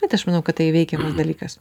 bet aš manau kad tai įveikiamas dalykas